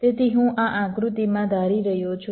તેથી હું આ આકૃતિમાં ધારી રહ્યો છું